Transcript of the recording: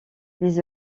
des